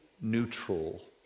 neutral